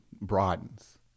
broadens